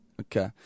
okay